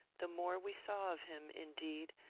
the more we saw of him, indeed,